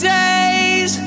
days